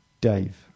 Dave